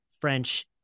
French